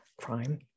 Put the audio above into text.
crime